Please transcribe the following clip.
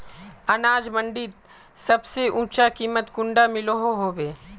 अनाज मंडीत सबसे ऊँचा कीमत कुंडा मिलोहो होबे?